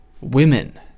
Women